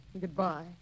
Goodbye